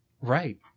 Right